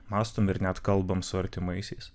mąstom ir net kalbam su artimaisiais